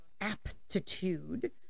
aptitude